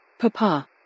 Papa